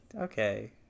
Okay